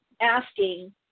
asking